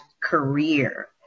career